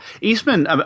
Eastman